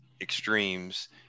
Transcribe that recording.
extremes